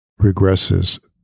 regresses